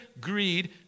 greed